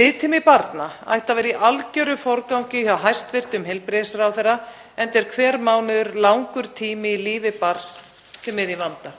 Biðtími barna ætti að vera í algerum forgangi hjá hæstv. heilbrigðisráðherra, enda er hver mánuður langur tími í lífi barns sem er í vanda.